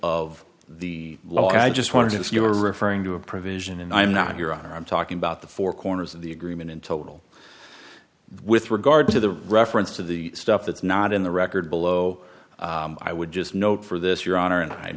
of the law i just wanted to say you were referring to a provision and i'm not your honor i'm talking about the four corners of the agreement in total with regard to the reference to the stuff that's not in the record below i would just note for this your honor and i